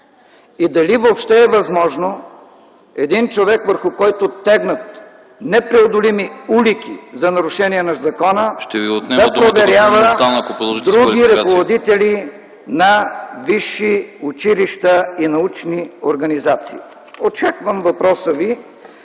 и дали въобще е възможно един човек върху който тегнат непреодолими улики за нарушение на закона да проверява други ръководители на висши училища и научни организации.